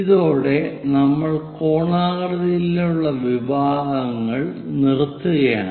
ഇതോടെ നമ്മൾ കോണാകൃതിയിലുള്ള വിഭാഗങ്ങൾ നിറുത്തുകയാണ്